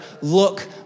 look